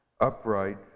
upright